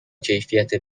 کیفیت